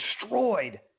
destroyed